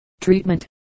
Treatment